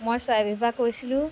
মই কৈছিলোঁ